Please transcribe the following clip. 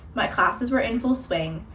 my classes were in full swing,